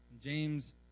James